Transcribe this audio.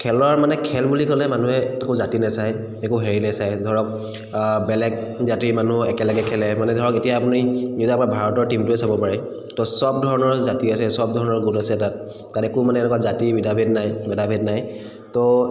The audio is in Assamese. খেলৰ মানে খেল বুলি ক'লে মানুহে একো জাতি নাচায় একো হেৰি নাচায় ধৰক অ বেলেগ জাতিৰ মানুহ একেলগে খেলে মানে ধৰক এতিয়া আপুনি নিজৰ আমাৰ ভাৰতৰ টীমটোৱে চাব পাৰে তো সব ধৰণৰ জাতি আছে চব ধৰণৰ গোট আছে তাত তাত একো মানে এনেকুৱা জাতিৰ ভেদাভেদ নাই ভেদাভেদ নাই ত'